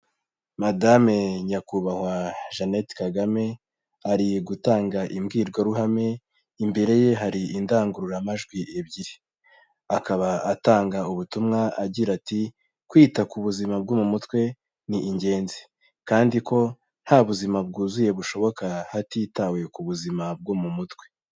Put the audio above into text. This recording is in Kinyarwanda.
Madame Nyakubahwa Jeannette Kagame ari gutanga imbwirwaruhame. Imbere ye, hari indangururamajwi ebyiri, akaba atanga ubutumwa agira ati: "Kwita ku buzima bwo mu mutwe ni ingenzi, kandi ko nta buzima bwuzuye bushoboka hatitawe ku buzima bwo mu mutwe."